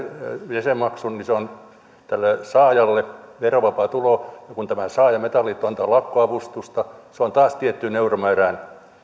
jäsenmaksun niin se on tälle saajalle verovapaa tulo ja kun tämä saaja metalliliitto antaa lakkoavustusta se on taas tiettyyn euromäärään